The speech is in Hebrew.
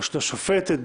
ברשות השופטת,